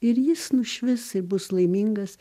ir jis nušvis ir bus laimingas